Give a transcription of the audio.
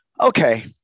Okay